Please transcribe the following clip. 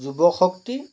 যুৱশক্তি